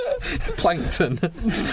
Plankton